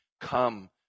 come